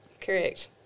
Correct